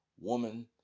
woman